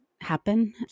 happen